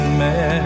man